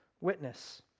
witness